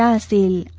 um see